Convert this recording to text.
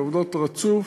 שעובדות רצוף,